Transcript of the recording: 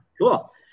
Cool